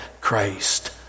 Christ